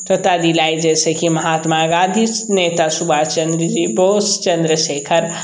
त्रता दिलाई जैसे कि महात्मा गांधी नेता सुभाष चंद्र जी बोस चंद्रशेखर